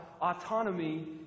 autonomy